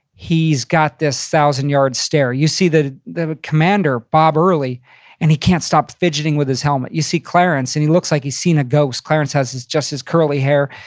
he's got this thousand yard stare. you see the the commander, bob early and he can't stop fidgeting with his helmet. you see clarence and he looks like he's seen a ghost. clarence has just his curly hair.